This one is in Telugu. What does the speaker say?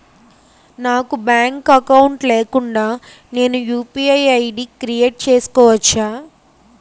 నాకు బ్యాంక్ అకౌంట్ లేకుండా నేను యు.పి.ఐ ఐ.డి క్రియేట్ చేసుకోవచ్చా?